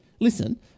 listen